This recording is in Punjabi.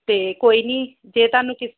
ਅਤੇ ਕੋਈ ਨੀ ਜੇ ਤੁਹਾਨੂੰ ਕਿ